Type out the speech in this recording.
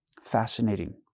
Fascinating